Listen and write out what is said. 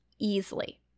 easily